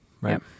Right